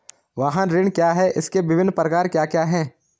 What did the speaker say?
वाहन ऋण क्या है इसके विभिन्न प्रकार क्या क्या हैं?